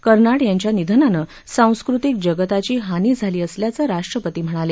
कर्नाड यांच्या निधनानं सांस्कृतिक जगताची हानी झाली असल्याचं राष्ट्रपती म्हणाले